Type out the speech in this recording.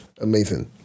Amazing